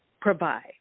provide